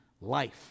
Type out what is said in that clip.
life